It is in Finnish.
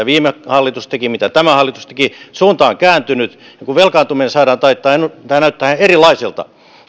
viime hallitus teki mitä tämä hallitus teki suunta on kääntynyt ja kun velkaantuminen saadaan taittumaan tämä näyttää erilaiselta